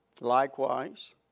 Likewise